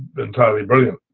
entirely brilliant.